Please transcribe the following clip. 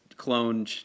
clone